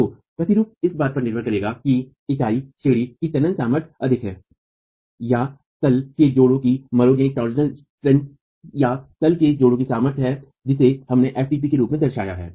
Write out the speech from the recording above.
तो प्रतिरूप इस बात पर निर्भर करेगा कि इकाईश्रेणी की तनन सामर्थ्य अधिक है या तल के जोड़ों की मरोड़ सामर्थ्य या तल के जोड़ों की सामर्थ्य है जिसे हमने ftp के रूप में दर्शाया है